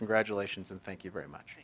congratulations and thank you very much